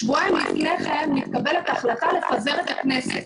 שבועיים לפני כן מתקבלת ההחלטה לפזר את הכנסת,